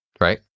right